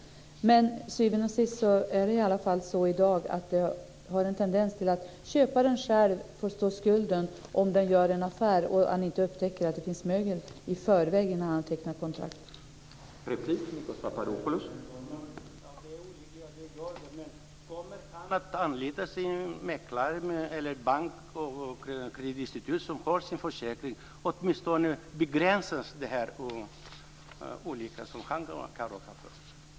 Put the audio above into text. Till syvende och sist finns det i alla fall i dag en tendens till att köparen själv får stå för skulden om han eller hon gör en affär och inte i förväg, innan kontrakt tecknas, upptäcker att det finns mögel.